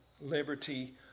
liberty